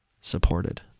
supported